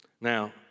Now